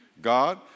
God